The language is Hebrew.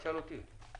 תשאל אותי.